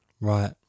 Right